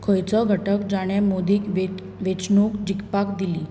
खंयचो घटक जाणें मोदीक वेंचणूक जिखपाक दिली